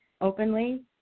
openly